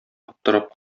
аптырап